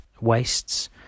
Wastes